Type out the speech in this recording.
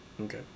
Okay